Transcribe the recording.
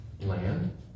land